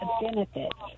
benefits